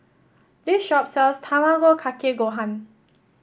this shop sells Tamago Kake Gohan